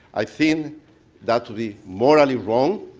i think that would be morally wrong.